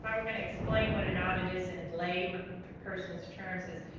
i were gonna explain what an audit is in lame person's terms is,